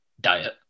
diet